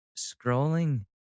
scrolling